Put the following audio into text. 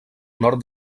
nord